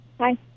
Hi